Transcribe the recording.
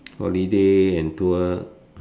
holiday and tour